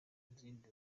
n’izindi